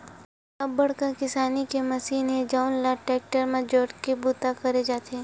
अब्बड़ कन किसानी के मसीन हे जउन ल टेक्टर म जोरके बूता करे जाथे